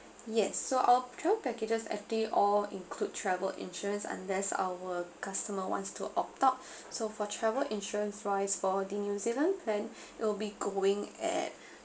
yes so our travel packages actually all include travel insurance unless our customer wants to opt out so for travel insurance wise for the new zealand then it will be going at